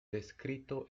descrito